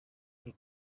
and